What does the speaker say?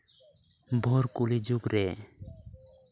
ᱵᱷᱳᱨ ᱠᱚᱞᱤ ᱡᱩᱜᱽᱨᱮ